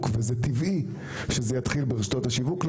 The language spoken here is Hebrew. וזה טבעי שזה יתחיל ברשתות השיווק.